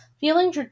feeling